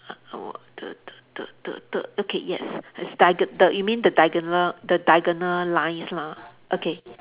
the the the the the okay yes it's diago~ the you mean the diagonal the diagonal lines lah okay